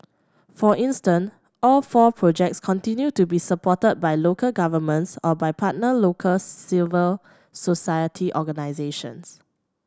for instance all four projects continue to be supported by local governments or by partner local civil society organisations